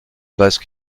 bases